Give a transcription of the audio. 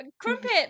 crumpet